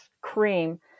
cream